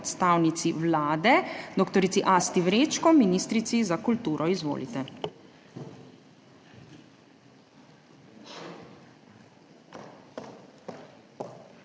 predstavnici Vlade dr. Asti Vrečko, ministrici za kulturo. Izvolite.